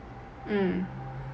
mm